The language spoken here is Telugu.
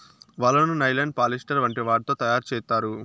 వలను నైలాన్, పాలిస్టర్ వంటి వాటితో తయారు చేత్తారు